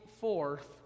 forth